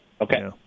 Okay